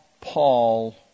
Paul